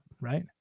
Right